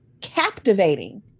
captivating